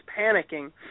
panicking